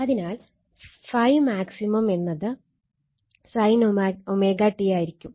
അതിനാൽ ∅m എന്നത് sin ω t ആയിരിക്കും